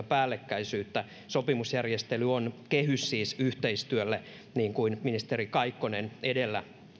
päällekkäisyyttä sopimusjärjestely on siis kehys yhteistyölle niin kuin ministeri kaikkonen edellä